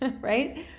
right